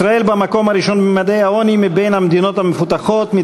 ישראל במקום הראשון בין המדינות המפותחות בממדי העוני,